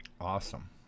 Awesome